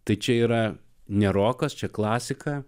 tai čia yra ne rokas čia klasika